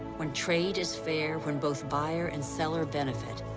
when trade is fair, when both buyer and seller benefit,